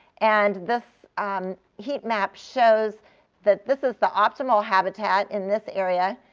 and this heat map shows that this is the optimal habitat in this area.